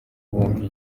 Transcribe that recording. wumve